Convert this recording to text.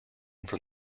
from